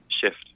shift